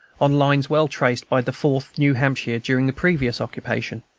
on lines well traced by the fourth new hampshire during the previous occupation.